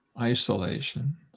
isolation